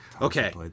Okay